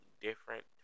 different